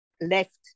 left